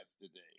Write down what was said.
today